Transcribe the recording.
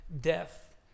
death